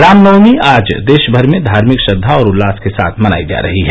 रामनवमी आज देशभर में धार्मिक श्रद्वा और उल्लास के साथ मनाई जा रही है